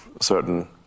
certain